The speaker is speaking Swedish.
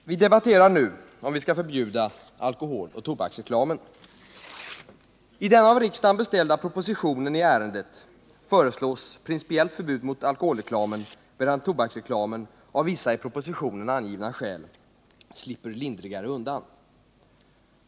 Herr talman! Vi debatterar nu om vi skall förbjuda alkoholoch tobaksreklam. I den av riksdagen beställda propositionen i ärendet föreslås principiellt förbud mot alkoholreklam, medan tobaksreklamen av vissa i propositionen angivna skäl slipper lindrigare undan.